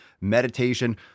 meditation